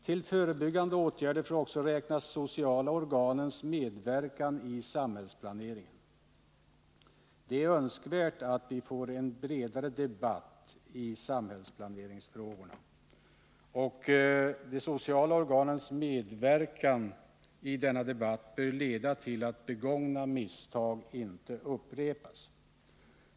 Till förebyggande åtgärder får också räknas de sociala organens medverkan i samhällsplaneringen. Det är önskvärt att vi får en bredare debatt i dessa frågor, och de sociala organens medverkan bör leda till att begångna misstag inte upprepas.